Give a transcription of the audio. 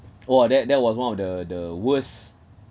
!wah! that that was one of the the worst